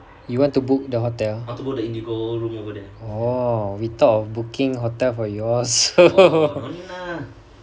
you want to book the hotel oh we thought of booking hotel for you all so